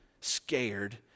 scared